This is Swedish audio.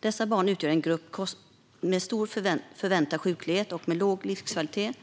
Dessa barn utgör en grupp med stor förväntad sjuklighet och låg livskvalitet, vilket